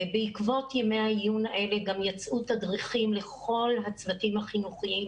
בעקבות ימי העיון האלה גם יצאו תדריכים לכל הצוותים החינוכיים